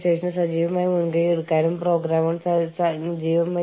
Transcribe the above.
അതിനാൽ തീരുമാനമെടുക്കുന്നതിൽ അവർക്ക് യഥാർത്ഥത്തിൽ ഒരു അഭിപ്രായവുമില്ല